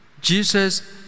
Jesus